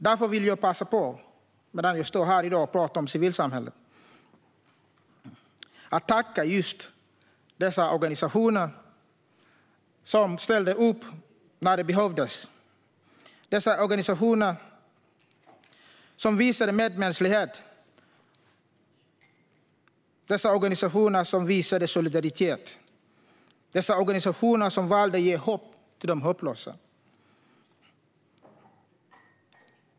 Därför vill jag passa på, när jag står här i dag och pratar om civilsamhället, att tacka just dessa organisationer, som ställde upp när det behövdes, dessa organisationer som visade medmänsklighet, dessa organisationer som visade solidaritet, dessa organisationer som valde att ge hopp till de hopplösa.